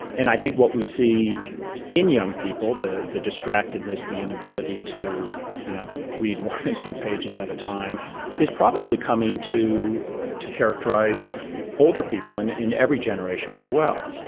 and i think what we see in young people, the the distractedness, the inability to you know read more than two pages at a time is probably coming to characterise older people in in every generation as well.